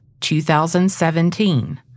2017